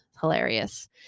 hilarious